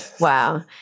wow